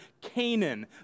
Canaan